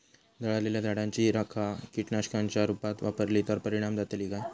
जळालेल्या झाडाची रखा कीटकनाशकांच्या रुपात वापरली तर परिणाम जातली काय?